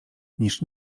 niż